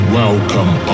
welcome